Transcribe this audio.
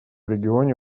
регионе